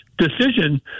decision